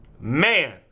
Man